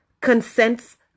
consents